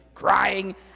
crying